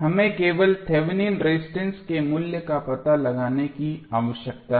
हमें केवल Thevenin resistance के मूल्य का पता लगाने की आवश्यकता है